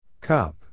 Cup